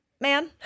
man